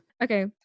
Okay